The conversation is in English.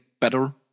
better